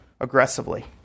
aggressively